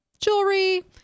Jewelry